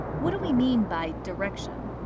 what do we mean by direction?